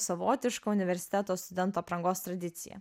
savotišką universiteto studentų aprangos tradiciją